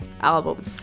album